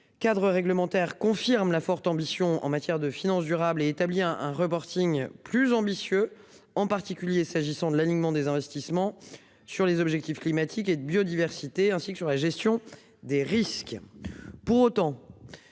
Cadre réglementaire confirme la forte ambition en matière de finance durable et établi un un reporting plus ambitieux en particulier s'agissant de l'alignement des investissements sur les objectifs climatiques et de biodiversité, ainsi que j'aurai la gestion des risques.